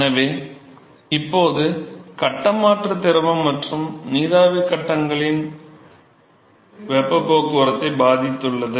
எனவே இப்போது கட்ட மாற்றம் திரவ மற்றும் நீராவி கட்டங்களின் வெப்பப் போக்குவரத்தை பாதித்துள்ளது